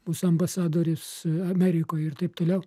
mūsų ambasadorius amerikoje ir taip toliau